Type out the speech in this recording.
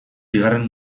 bigarren